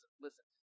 listen